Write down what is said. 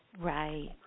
Right